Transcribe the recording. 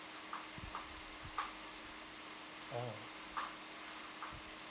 oh